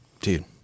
dude